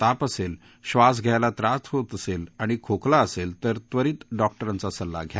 ताप असेल बास घ्यायला त्रास होत असेल आणि खोकला असेल तर त्वरित डॉक्टरांचा सल्ला घ्या